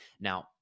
Now